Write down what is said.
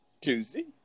Tuesday